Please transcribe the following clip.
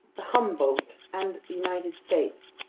the humboldt, and the united states,